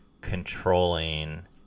controlling